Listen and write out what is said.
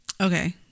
Okay